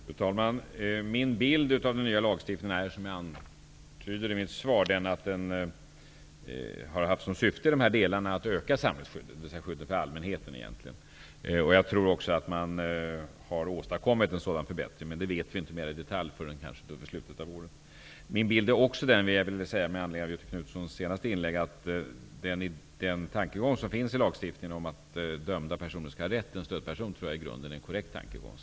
Fru talman! Min bild av den nya lagstiftningen är, som jag antyder i mitt svar, att den i de här delarna har haft som syfte att öka samhällsskyddet, dvs. egentligen skyddet av allmänheten. Jag tror också att man har åstadkommit en sådan förbättring. Men det vet vi inte mera i detalj förrän kanske i slutet av året. Med anledning av Göthe Knutsons senaste inlägg vill jag säga att det också är min bild att tankegången bakom lagstiftningen är att dömda personer skall ha rätt till en stödperson. Det tror jag i grunden är en korrekt tankegång.